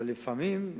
אבל לפעמים,